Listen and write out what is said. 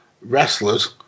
wrestlers